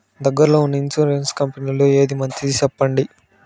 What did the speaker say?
దగ్గర లో ఉన్న ఇన్సూరెన్సు కంపెనీలలో ఏది మంచిది? సెప్పండి?